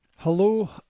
Hello